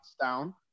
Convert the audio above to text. down